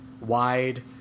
wide